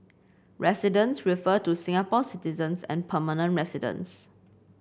residents refer to Singapore citizens and permanent residents